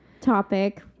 topic